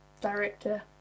director